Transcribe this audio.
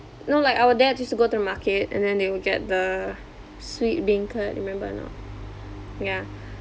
no like our dad used to go to the market and then they will get the sweet beancurd remember or not ya